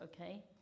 okay